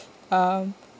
um